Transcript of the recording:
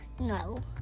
No